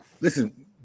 listen